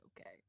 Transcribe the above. okay